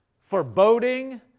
foreboding